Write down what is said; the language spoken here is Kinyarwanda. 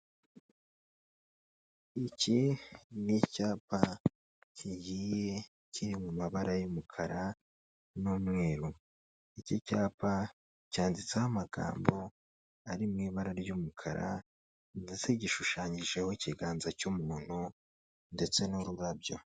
Iki ni icyapa kigiye kiri mu mabara y'umukara n'umweru, iki cyapa cyanditseho amagambo ari mu ibara ry'umukara ndetse gishushanyijeho ikiganza cy'umuntu ndetse n'ururabyo.